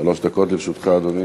דקות לרשותך, אדוני.